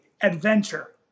adventure